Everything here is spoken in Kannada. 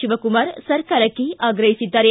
ಶಿವಕುಮಾರ್ ಸರ್ಕಾರಕ್ಕೆ ಆಗ್ರಹಿಸಿದ್ದಾರೆ